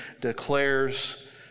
declares